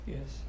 Yes